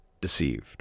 deceived